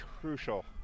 crucial